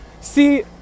See